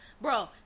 Bro